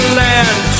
land